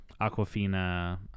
Aquafina